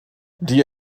die